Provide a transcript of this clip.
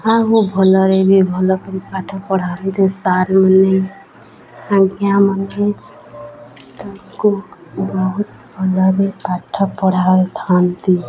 ହଁ ମୁଁ ଭଲରେ ବି ଭଲ କରି ପାଠ ପଢ଼ାନ୍ତି ସାର୍ମାନେ ଆଜ୍ଞା ମାନେ ତାଙ୍କୁ ବହୁତ ଭଲରେ ପାଠ ପଢ଼ାଇଥାନ୍ତି